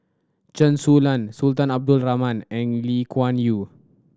Chen Su Lan Sultan Abdul Rahman and Lee Kuan Yew